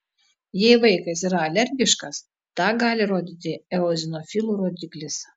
jei vaikas yra alergiškas tą gali rodyti eozinofilų rodiklis